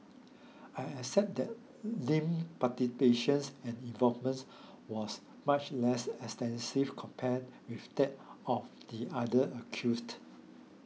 I accept that Lim participations and involvements was much less extensive compared with that of the other accused